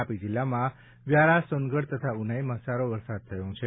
તાપી જિલ્લામાં વ્યારા સોનગઢ તથા ઊનાઈમાં સારો વરસાદ થયો છે